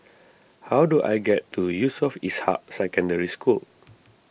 how do I get to Yusof Ishak Secondary School